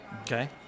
Okay